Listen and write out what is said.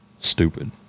stupid